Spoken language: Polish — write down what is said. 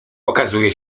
okazuje